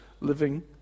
living